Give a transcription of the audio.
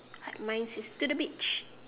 like mine says to the beach